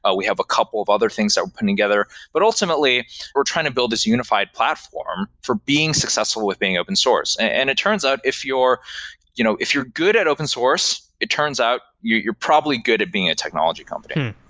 ah we have a couple of other things that we're putting together. but ultimately we're trying to build this unified platform for being successful with being open source. and it turns out, if you're you know if you're good at open source, it turns out you're you're probably good at being a technology company.